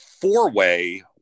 four-way